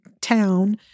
town